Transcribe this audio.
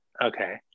okay